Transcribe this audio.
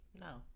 No